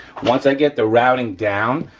once i get the routing down